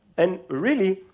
and really,